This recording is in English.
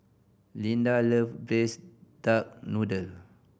Lyda love braise duck noodle